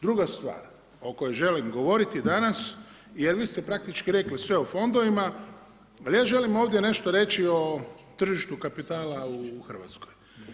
Druga stvar, o kojoj želim govoriti dana, jer vi ste praktički rekli sve o fondovima, ali ja želim ovdje nešto reći o tržištu kapitala u Hrvatskoj.